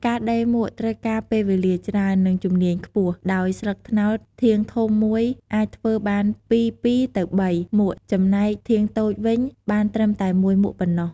ការដេរមួកត្រូវការពេលវេលាច្រើន និងជំនាញខ្ពស់ ដោយស្លឹកត្នោតធាងធំមួយអាចធ្វើបានពី២ ទៅ ៣ មួក ចំណែកធាងតូចវិញបានត្រឹមតែ១ មួកប៉ុណ្ណោះ។